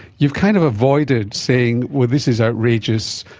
you've kind of avoided saying, well, this is outrageous,